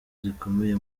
zikomeye